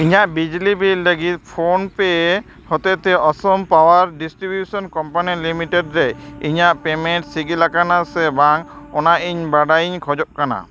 ᱤᱧᱟᱹᱜ ᱵᱤᱡᱽᱞᱤ ᱵᱤᱞ ᱞᱟᱹᱜᱤᱫ ᱯᱷᱳᱱ ᱯᱮ ᱦᱚᱛᱮᱛᱮ Assam power distribution company limited ᱨᱮ ᱤᱧᱟᱹᱜ ᱯᱮᱢᱮᱱᱴ ᱥᱤᱜᱤᱞ ᱟᱠᱟᱱᱟ ᱥᱮ ᱵᱟᱝ ᱚᱱᱟ ᱤᱧ ᱵᱟᱰᱟᱭᱤᱧ ᱠᱷᱚᱡᱚᱜ ᱠᱟᱱᱟ